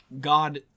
God